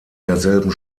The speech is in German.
derselben